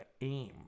aim